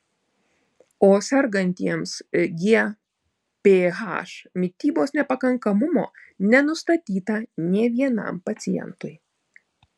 o sergantiems gph mitybos nepakankamumo nenustatyta nė vienam pacientui